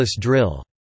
drill